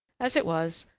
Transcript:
as it was,